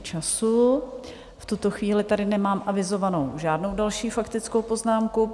V tuto chvíli tady nemám avizovanou žádnou další faktickou poznámku.